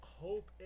hope